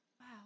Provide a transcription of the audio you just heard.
wow